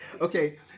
Okay